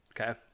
Okay